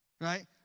Right